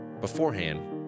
Beforehand